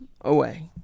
away